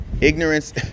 ignorance